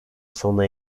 sona